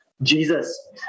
Jesus